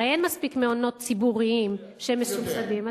הרי אין מספיק מעונות ציבוריים שהם מסובסדים.